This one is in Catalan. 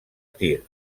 tir